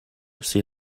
sie